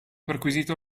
perquisito